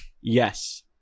Yes